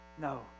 No